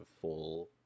full